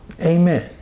Amen